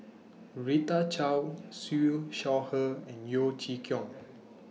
Rita Chao Siew Shaw Her and Yeo Chee Kiong